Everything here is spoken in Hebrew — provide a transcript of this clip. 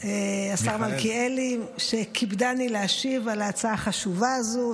השר מלכיאלי, שכיבדני להשיב על ההצעה החשובה הזו.